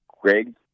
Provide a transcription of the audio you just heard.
Greg